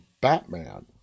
Batman